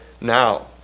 now